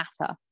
matter